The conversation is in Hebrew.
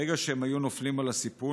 ברגע שהם היו נופלים על הסיפון,